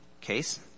case